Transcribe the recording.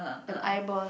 the eyeball